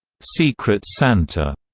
secret santa,